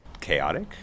chaotic